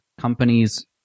companies